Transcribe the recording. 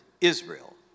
Israel